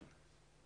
לתמרוקים.